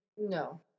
no